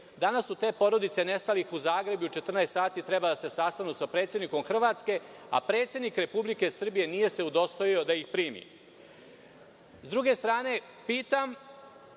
danas su te porodice nestalih u Zagrebu u 14.00 sati trebale da se sastanu sa predsednikom Hrvatske, a predsednik Republike Srbije se nije udostojio da ih primi.S druge strane, pitam